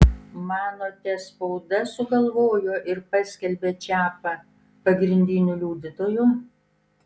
manote spauda sugalvojo ir paskelbė čiapą pagrindiniu liudytoju